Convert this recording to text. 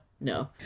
No